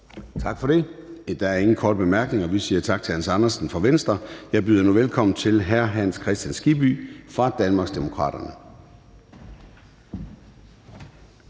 Tak for det. Der er ingen korte bemærkninger. Vi siger tak til hr. Hans Andersen fra Venstre. Jeg byder nu velkommen til hr. Hans Kristian Skibby fra Danmarksdemokraterne.